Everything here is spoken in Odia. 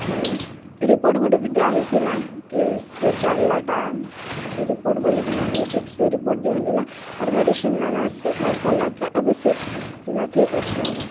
ମାନେ ରିପୋର୍ଟ୍ ଗୁଟେ ବି ଦିଆ ହେଇଥିଲା କି କୁକୁର୍ ଚାବ୍ଲାଟା ରିପୋର୍ଟ୍ ବୋଲିକିନା ହେଇଛେ ସେ ରିପୋର୍ଟ୍ ଦିଆ ହେଇଥିଲା ଆର୍ ମେଡ଼ିସିନ୍ ମାନେ ସେ ଖାଇ ସାର୍ଲାକେ ଏବେ ସେ ପିଲା ଠିକ୍ ଅଛେ ଏବେ